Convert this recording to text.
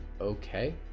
Okay